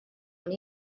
when